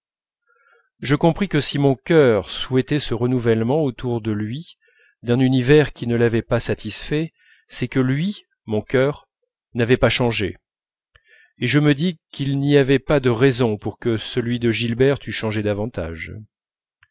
je compris que si mon cœur souhaitait ce renouvellement autour de lui d'un univers qui ne l'avait pas satisfait c'est que lui mon cœur n'avait pas changé et je me dis qu'il n'y avait pas de raison pour que celui de gilberte eût changé davantage